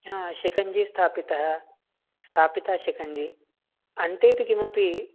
हा शिकञ्जि स्थापितः स्थापिता शिकञ्जि अन्तेऽपि किमपि